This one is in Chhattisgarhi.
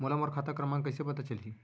मोला मोर खाता क्रमाँक कइसे पता चलही?